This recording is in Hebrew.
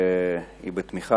אין לי ספק,